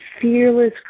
fearless